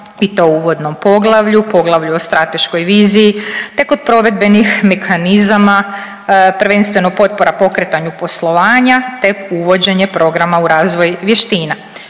i to u uvodnom poglavlju, poglavlju o strateškoj viziji te kod provedbenih mehanizama prvenstveno potpora pokretanju poslovanja te uvođenje programa u razvoj vještina.